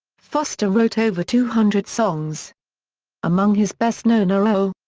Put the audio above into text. foster wrote over two hundred songs among his best-known are oh!